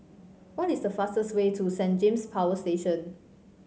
what is the fastest way to Saint James Power Station